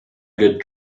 good